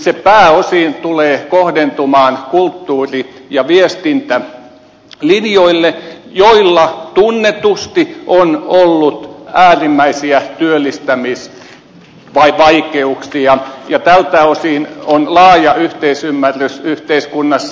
se pääosin tulee kohdentumaan kulttuuri ja viestintälinjoille joilla tunnetusti on ollut äärimmäisiä työllistymisvaikeuksia ja tältä osin on laaja yhteisymmärrys yhteiskunnassa